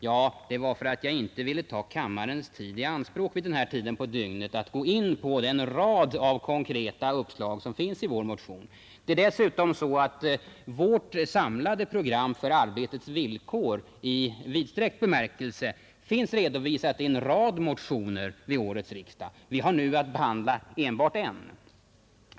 Ja, det var därför att jag inte ville ta kammarens tid i anspråk så här sent på dygnet som jag inte gick in på den rad av konkreta uppslag som finns i vår motion. Dessutom finns vårt samlade program för arbetets villkor i vidsträckt bemärkelse redovisat i en rad motioner vid årets riksdag. Vi har nu att behandla enbart en.